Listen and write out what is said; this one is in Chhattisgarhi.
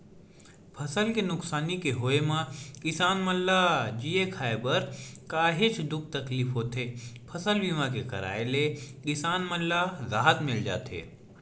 फसल के नुकसानी के होय म किसान मन ल जीए खांए बर काहेच दुख तकलीफ होथे फसल बीमा के कराय ले किसान मन ल राहत मिल जाथे